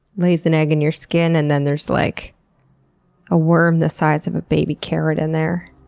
lays an egg in your skin. and then there's like a worm the size of baby carrot in there.